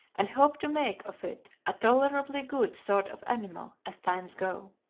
and hope to make of it a tolerably good sort of animal, as times go.